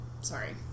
Sorry